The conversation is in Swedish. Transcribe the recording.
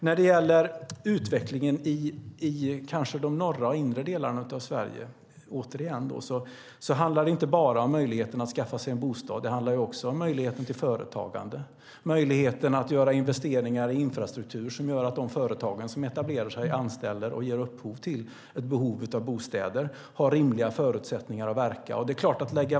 När det gäller utvecklingen i de norra och inre delarna av Sverige handlar det inte bara om möjligheten att skaffa sig en bostad. Det handlar också om möjligheten till företagande, att göra investeringar i infrastruktur som gör att de företag som etablerar sig anställer och har rimliga förutsättningar att verka, vilket i sin tur leder till ett behov av bostäder.